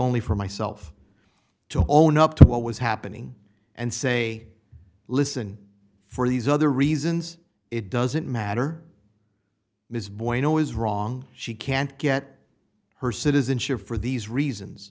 only for myself to own up to what was happening and say listen for these other reasons it doesn't matter ms bueno is wrong she can't get her citizenship for these reasons